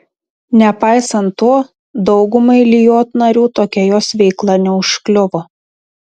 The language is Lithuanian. nepaisant to daugumai lijot narių tokia jos veikla neužkliuvo